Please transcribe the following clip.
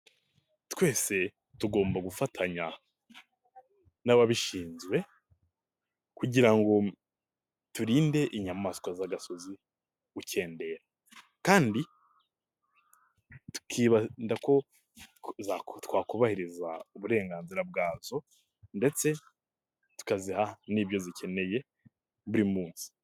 Twese tugomba gufatanya n'ababishinzwe kugira ngo turinde inyamaswa z'agasozi gukendera, kandi tukibanda ko twakubahiriza uburenganzira bwazo ndetse tukaziha n'ibyo zikeneye buri munsi.